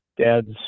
dad's